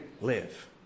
live